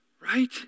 right